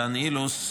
דן אילוז,